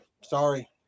Sorry